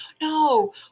No